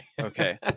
Okay